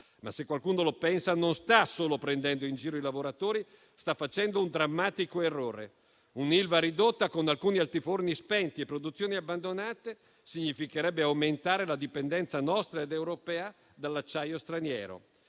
Ma se qualcuno lo pensa non sta solo prendendo in giro i lavoratori, ma sta anche facendo un drammatico errore: un'Ilva ridotta con alcuni altiforni spenti e produzioni abbandonate significherebbe aumentare la dipendenza nostra ed europea dall'acciaio straniero.